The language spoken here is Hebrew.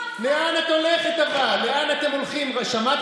חבר הכנסת קרעי, נשארתי במליאה לשמוע אותך.